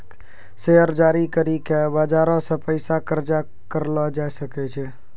share जारी करि के बजारो से पैसा कर्जा करलो जाय सकै छै